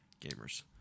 Gamers